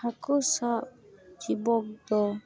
ᱦᱟᱹᱠᱩ ᱥᱟᱵ ᱡᱤᱵᱤᱠ ᱫᱚ